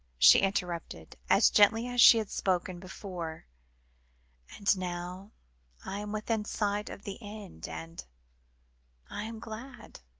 she interrupted, as gently as she had spoken before and now i am within sight of the end, and i am glad.